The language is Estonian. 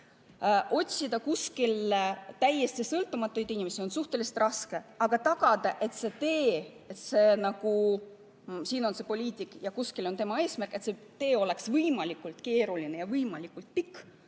Otsida kuskilt täiesti sõltumatuid inimesi on suhteliselt raske. Aga tagada, et see tee – siin on see poliitik ja kuskil on tema eesmärk – oleks võimalikult keeruline ja võimalikult pikk,